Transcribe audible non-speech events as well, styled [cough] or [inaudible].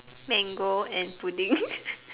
mango and pudding [laughs]